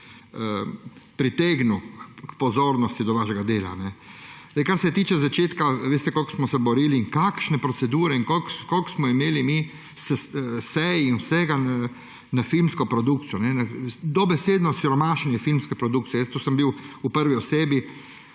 pritegnili k pozornosti do vašega dela. Kar se tiče začetka, veste, koliko smo se borili in kakšne procedure in koliko smo imeli mi sej in vsega na filmsko produkcijo. Dobesedno osiromašenje filmske produkcije. Predloge sem dal, reči